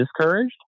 discouraged